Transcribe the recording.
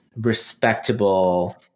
respectable